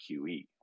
QE